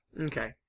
Okay